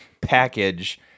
package